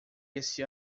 esse